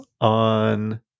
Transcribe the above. on